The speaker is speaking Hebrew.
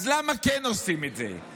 אז למה כן עושים את זה?